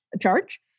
charge